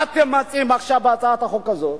מה אתם מציעים עכשיו בהצעת החוק הזאת?